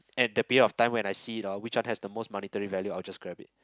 and the period of time when I see it orh which one has the most monetary value I'll just grab it